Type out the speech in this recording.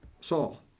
Saul